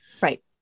Right